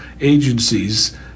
agencies